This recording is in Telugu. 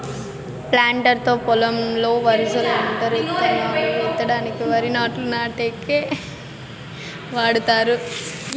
ప్లాంటర్ తో పొలంలో వరసల ఎంట ఇత్తనాలు ఇత్తడానికి, వరి నాట్లు నాటేకి వాడతారు